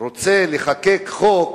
רוצה לחוקק חוק,